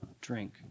drink